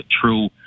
true